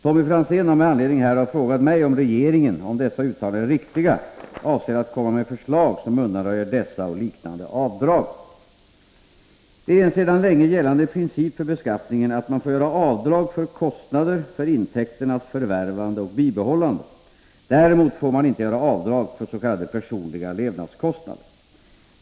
Tommy Franzén har med anledning härav frågat mig om regeringen, om dessa uttalanden är riktiga, avser att komma med förslag som undanröjer dessa och liknande avdrag. Det är en sedan länge gällande princip för beskattningen att man får göra avdrag för kostnader för intäkternas förvärvande och bibehållande. Däremot får man inte göra avdrag för s.k. personliga levnadskostnader.